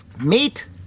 meet